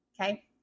okay